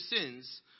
sins